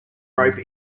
rope